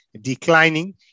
declining